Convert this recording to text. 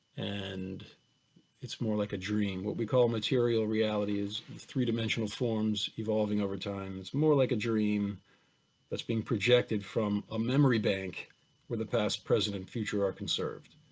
and it's more like a dream. what we call material realities, three dimensional forms, evolving over time. it's more like a dream that's being projected from a member bank with the past, present, and future are conserved.